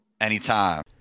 Anytime